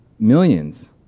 millions